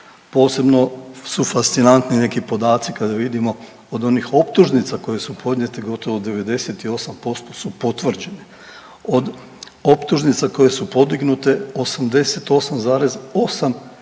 posebno su fascinantni neki podaci kada vidimo od onih optužnica koje su podnijete gotovo 98% su potvrđene. Od optužnica koje su podignute 88,8